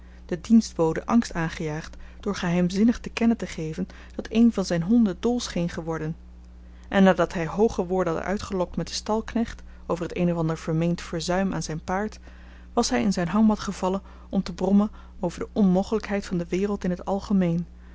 de dienstboden angst aangejaagd door geheimzinnig te kennen te geven dat een van zijn honden dol scheen geworden en nadat hij hooge woorden had uitgelokt met den stalknecht over het een of ander vermeend verzuim aan zijn paard was hij in zijn hangmat gevallen om te brommen over de onmogelijkheid van de wereld in het algemeen